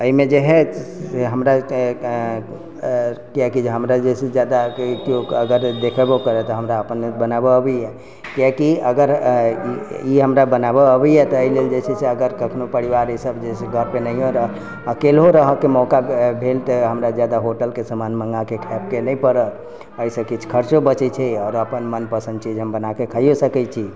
एहिमे जेहै से हमरा किआकि जे हमरा जेहै से जादा केओ अगर देखेबो करत तऽ हमरा अपन बनाबऽ अबैया किआकि अगर ई हमरा बनाबऽ अबैया ताहि लेल जेछै अगर कखनो परिवार इसभ जेछै से घर पर नहियो रहल अकेलो रहैके मौका भेल तऽ हमरा जादा होटलके समान मङ्गाकऽ खाइके नहि पड़त एहिसँ किछु खर्चो बचै छै आओर अपन मन पसन्द चीज हम बनाइके खाइयो सकै छी